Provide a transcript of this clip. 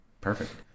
perfect